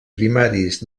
primaris